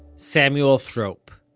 samuel thrope.